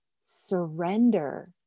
surrender